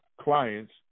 clients